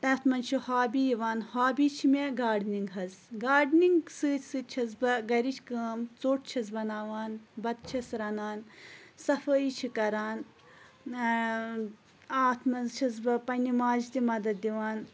تَتھ منٛز چھُ ہابی یِوان ہابی چھِ مےٚ گاڈنِنٛگ حظ گاڈنِنٛگ سۭتۍ سۭتۍ چھَس بہٕ گَرِچ کٲم ژوٚٹ چھَس بَناوان بَتہٕ چھَس رَنان صفٲیی چھِ کَران اَتھ منٛز چھَس بہٕ پنٛنہِ ماجہِ تہِ مَدَت دِوان